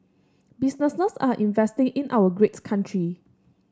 businesses are investing in our great country